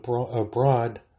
abroad